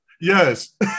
Yes